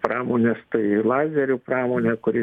pramones tai lazerių pramonę kuri